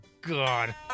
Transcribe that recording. God